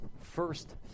first